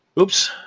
Oops